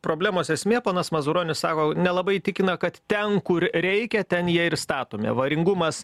problemos esmė ponas mazuronis sako nelabai įtikina kad ten kur reikia ten jie ir statomi avaringumas